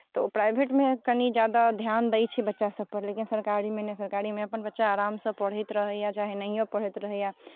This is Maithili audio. तऽ ओ प्राइभेटमे कनि ज्यादा ध्यान दै छै बच्चासभ पर लेकिन सरकारीमे नहि सरकारीमे अपन बच्चा आरामसँ पढ़ैत रहैए चाहे नहिओ पढ़ैत रहैए